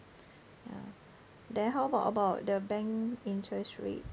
ya then how about about the bank interest rate